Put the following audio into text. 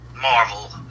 Marvel